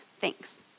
thanks